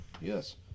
yes